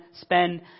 spend